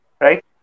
Right